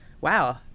wow